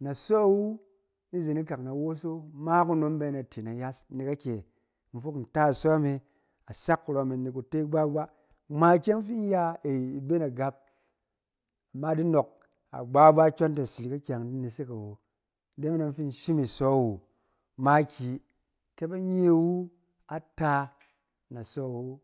Na sɔ wu, ni zen ikak na woso ma kunom bɛ nate na yas, nɛk akyɛ in fok nta sɔ me, a sak kurɔm'in te gbagba ngma ikyɛng fin in ya, ey i bɛ na gap ama a di nɔɔk agbagba kyɔng tɛ asirik akyang di nasak awo. Ide me dɔng in shim isɔ wu makiyi, ke ba nye iwu, ata na sɔ wu.